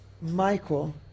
Michael